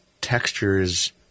textures